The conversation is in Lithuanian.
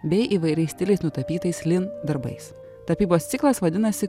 bei įvairiais stiliais nutapytais lin darbais tapybos ciklas vadinasi